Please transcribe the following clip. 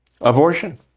abortion